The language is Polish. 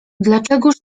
dlaczegóż